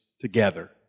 together